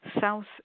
South